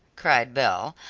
cried belle,